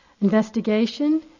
Investigation